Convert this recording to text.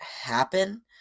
happen